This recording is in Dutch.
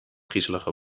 griezelige